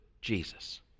Jesus